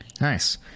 Nice